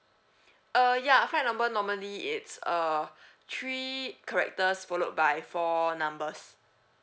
uh ya flight number normally it's uh three characters followed by four numbers